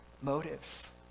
motives